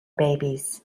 babies